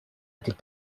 était